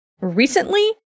recently